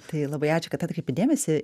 tai labai ačiū kad atkreipi dėmesį